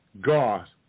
God